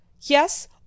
Yes